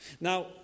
Now